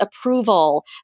approval